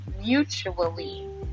mutually